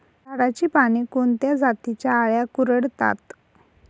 झाडाची पाने कोणत्या जातीच्या अळ्या कुरडतात?